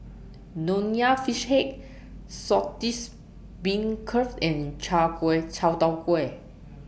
Nonya Fish Head Saltish Beancurd and Chai Kuay Chai Tow Kuay